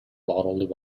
bottled